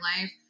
life